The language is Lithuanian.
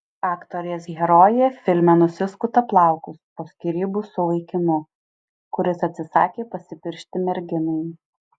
aktorės herojė filme nusiskuta plaukus po skyrybų su vaikinu kuris atsisakė pasipiršti merginai